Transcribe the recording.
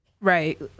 Right